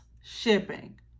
shipping